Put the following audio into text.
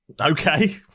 Okay